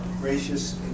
gracious